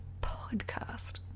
podcast